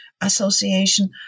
association